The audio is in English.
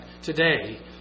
today